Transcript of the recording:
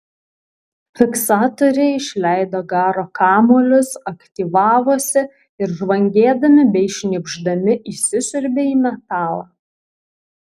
fiksatoriai išleido garo kamuolius aktyvavosi ir žvangėdami bei šnypšdami įsisiurbė į metalą